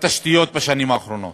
בתשתיות בשנים האחרונות.